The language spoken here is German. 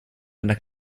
einer